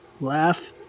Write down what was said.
laugh